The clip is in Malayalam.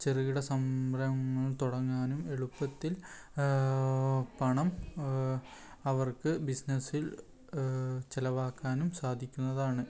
ചെറുകിട സംരംങ്ങൾ തുടങ്ങാനും എളുപ്പത്തിൽ പണം അവർക്ക് ബിസിനസ്സിൽ ചിലവാക്കാനും സാധിക്കുന്നതാണ്